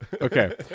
okay